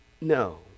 No